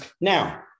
Now